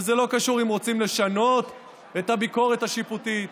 וזה לא קשור לשאלה אם רוצים לשנות עם הביקורת השיפוטית,